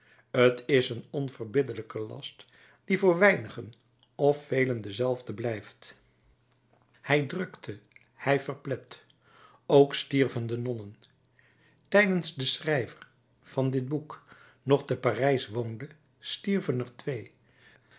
t is een onverbiddelijke last die voor weinigen of velen dezelfde blijft hij drukte hij verplet ook stierven de nonnen tijdens de schrijver van dit boek nog te parijs woonde stierven er twee